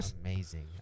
amazing